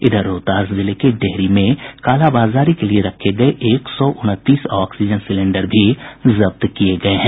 इधर रोहतास जिले के डेहरी में कालाबाजारी के लिए रखे गये एक सौ उनतीस ऑक्सीजन सिलेंडर को भी जब्त किया गया है